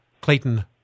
Clayton